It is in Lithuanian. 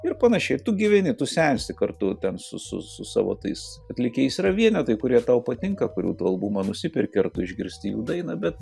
ir panašiai tu gyveni tu sensti kartu ten su su su savo tais atlikėjais yra vienetai kurie tau patinka kurių tu albumą nusiperki ar tu išgirsti jų dainą bet